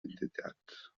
entitats